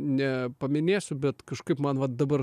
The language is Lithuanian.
nepaminėsiu bet kažkaip man vat dabar